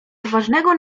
poważnego